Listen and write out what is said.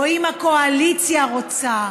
או אם הקואליציה רוצה,